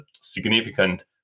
significant